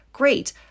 great